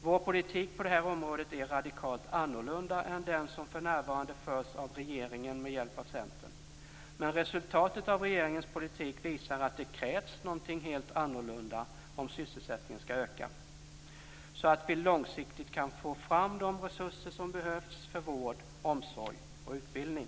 Vår politik på området är radikalt annorlunda än den som för närvarande förs av regeringen med hjälp av Centern. Men resultatet av regeringens politik visar också att det krävs något helt annorlunda om sysselsättningen skall öka så att vi långsiktigt kan få fram de resurser som behövs till vård, omsorg och utbildning.